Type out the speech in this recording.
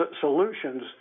solutions